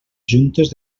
juntes